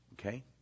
Okay